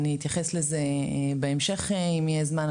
אני אתייחס לזה בהמשך אם יהיה זמן.